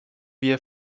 wir